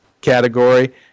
category